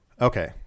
Okay